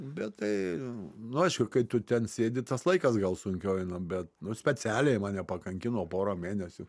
bet tai nu aišku kai tu ten sėdi tas laikas gal sunkiau eina bet nu specialiai mane pakankino pora mėnesių